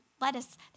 Lettuce